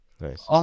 nice